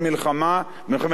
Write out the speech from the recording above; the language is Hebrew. במלחמת לבנון השנייה.